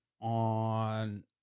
on